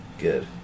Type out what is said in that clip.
Good